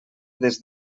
des